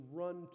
run